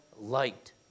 light